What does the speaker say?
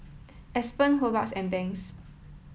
Aspen Hobart and Banks